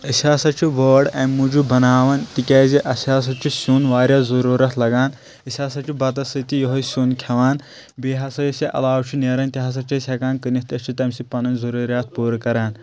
أسۍ ہسا چھِ وٲر امہِ موٗجوٗب بناوان تِکیازِ اَسہِ ہسا چھُ سیُن واریاہ ضروٗرتھ لگان أسۍ ہسا چھُ بتس سۭتتہِ یِہوے سیُن کھؠوان بیٚیہِ ہسا أسۍ علاوٕ چھُ نیران تہِ ہسا چھِ أسۍ ہؠکان کٔنتھ أسۍ چھِ تمہِ سۭتۍ پنٕنۍ ضروٗریات پوٗرٕ کران